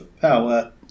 power